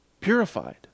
purified